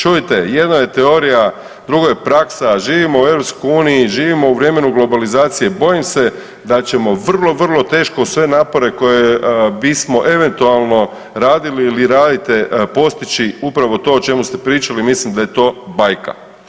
Čujte jedno je teorija, drugo je praksa, živimo u EU, živimo u vremenu globalizacije, bojim se da ćemo vrlo vrlo teško uz sve napore koje bismo eventualno radili ili radite postići upravo to o čemu ste pričali, mislim da je to bajka.